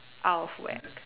out of where